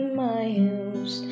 miles